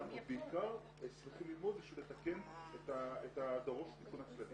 אבל אנחנו בעיקר שמחים ללמוד כדי לתקן את הדרוש תיקון הכללי.